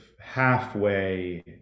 halfway